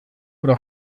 oder